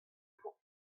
mañ